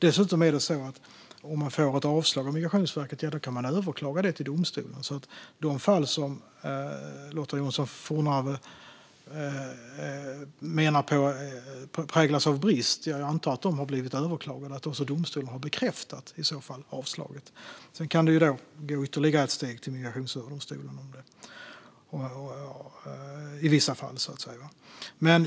Dessutom är det så att om man får ett avslag från Migrationsverket kan man överklaga beslutet till domstolen. De fall som Lotta Johnsson Fornarve menar präglas av brister antar jag har blivit överklagade och att domstolen i så fall har bekräftat avslaget. Sedan kan man i vissa fall gå ytterligare ett steg, till Migrationsöverdomstolen.